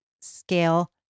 Scale